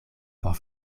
por